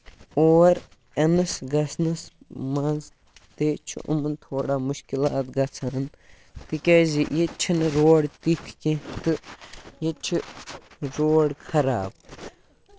اور أمِس گژھنَس منٛز تہِ چھُ یِمَن تھوڑا مُشکِلات گژھان تِکیازِ ییٚتہِ چھِ نہٕ روڑ تِتھۍ کیٚنٛہہ تہٕ ییٚتہِ چھِ روڑ خراب